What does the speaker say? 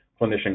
clinician